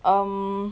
um